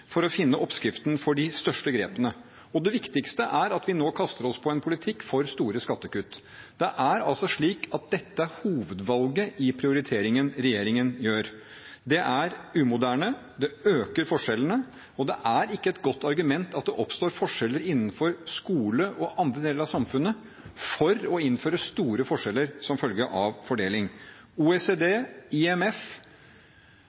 for å finne oppskriften for de største grepene, og det viktigste er at vi nå kaster oss på en politikk for store skattekutt. Det er altså slik at dette er hovedvalget i prioriteringen regjeringen gjør. Det er umoderne, det øker forskjellene. At det oppstår forskjeller innenfor skole og andre deler av samfunnet, er ikke et godt argument for å innføre store forskjeller som følge av fordeling.